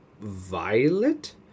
Violet